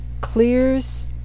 clears